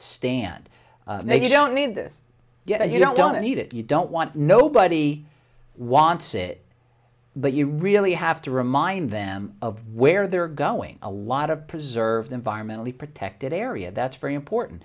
they don't need this yet you don't need it you don't want nobody wants it but you really have to remind them of where they're going a lot of preserved environmentally protected area that's very important